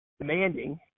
demanding